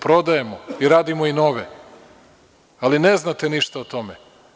Prodajemo i radimo i nove, ali ne znate ništa o tome.